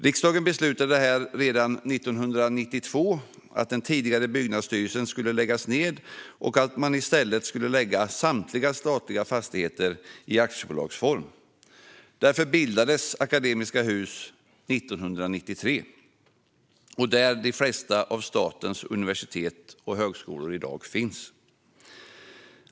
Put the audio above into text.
Riksdagen beslutade redan 1992 att den tidigare byggnadsstyrelsen skulle läggas ned och att man i stället skulle lägga samtliga statliga fastigheter i aktiebolagsform. Därför bildades Akademiska Hus AB 1993, och där finns de flesta av statens universitet och högskolor i dag.